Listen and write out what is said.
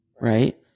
right